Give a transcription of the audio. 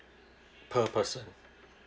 per person